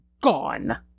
gone